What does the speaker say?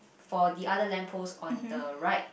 for the other lamp post on the right